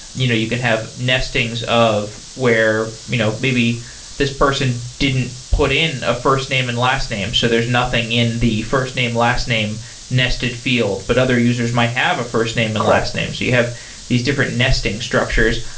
you know you can have nestings of where you know maybe this person didn't put in a first name and last name. so there's nothing in the first name, last name nested field. but other users might have a first name and a last name. so you have these different nesting structures.